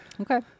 Okay